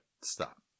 Stop